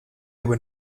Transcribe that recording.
were